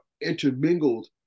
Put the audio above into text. intermingled